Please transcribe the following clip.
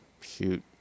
Shoot